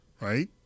right